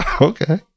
Okay